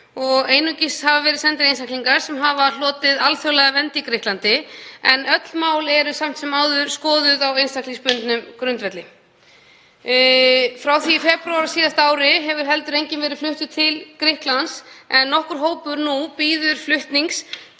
einungis hafa verið sendir einstaklingar sem hafa hlotið alþjóðlega vernd í Grikklandi en öll mál eru samt sem áður skoðuð á einstaklingsbundnum grundvelli. Frá því í febrúar á síðasta ári hefur heldur enginn verið fluttur til Grikklands en nokkur hópur nú bíður flutnings